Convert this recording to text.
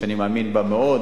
שאני מאמין בה מאוד,